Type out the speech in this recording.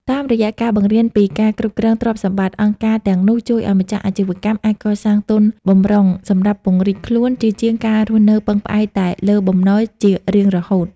តាមរយៈការបង្រៀនពីការគ្រប់គ្រងទ្រព្យសម្បត្តិ អង្គការទាំងនោះជួយឱ្យម្ចាស់អាជីវកម្មអាចកសាងទុនបម្រុងសម្រាប់ពង្រីកខ្លួន ជាជាងការរស់នៅពឹងផ្អែកតែលើបំណុលជារៀងរហូត។